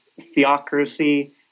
theocracy